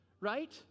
Right